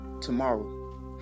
tomorrow